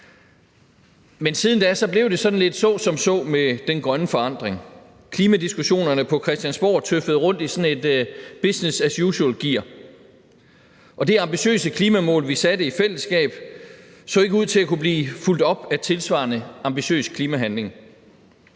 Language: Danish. Men siden da blev det sådan lidt så som så med den grønne forandring. Klimadiskussionerne på Christiansborg tøffede rundt i sådan et business as usual-gear, og det ambitiøse klimamål, som vi satte i fællesskab, så ikke ud til at blive fulgt op af tilsvarende ambitiøs klimahandling.